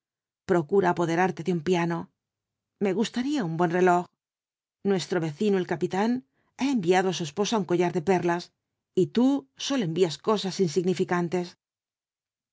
procura apoderarte de un piano me gustaría un buen reloj nuestro vecino el capi tan ha enviado á su esposa un collar de perlas y tú sólo envías cosas insignificantes